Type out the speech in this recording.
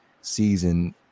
season